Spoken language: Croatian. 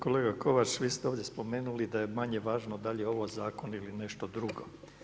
Kolega Kovač, vi ste ovdje spomenuli da je manje važno dal' je ovo Zakon ili nešto drugo.